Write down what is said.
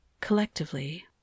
Collectively